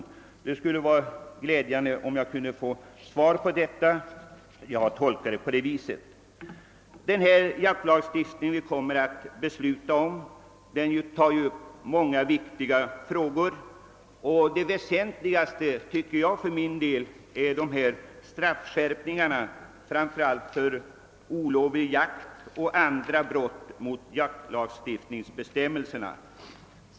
Det vore glädjande om jag kunde få svar på detta; jag har tolkat lydelsen på det viset. Den jaktlagstiftning vi kommer att besluta om tar upp många viktiga spörsmål. Det väsentligaste tycker jag för min del är straffskärpningarna framför allt för olovlig jakt och andra brott mot jaktlagstiftningsbestämmelserna.